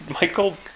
Michael